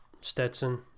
Stetson